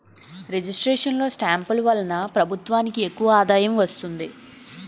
registration లో స్టాంపులు వలన ప్రభుత్వానికి ఎక్కువ ఆదాయం వస్తుంది